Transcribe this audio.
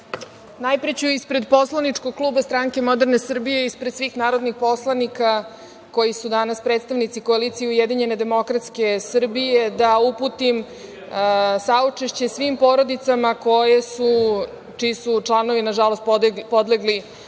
ću ispred poslaničkog kluba Stranke moderne Srbije i ispred svih narodnih poslanika koji su danas predstavnici koalicije Ujedinjene demokratske Srbije da uputim saučešće svim porodicama čiji su članovi, nažalost, podlegli